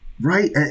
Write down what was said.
right